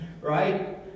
right